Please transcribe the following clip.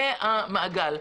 זה המעגל.